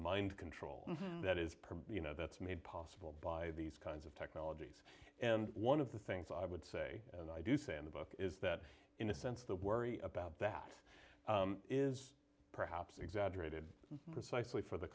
mind control that is per you know that's made possible by these kinds of technologies and one of the things i would say and i do say in the book is that in a sense the worry about that is perhaps exaggerated precisely for the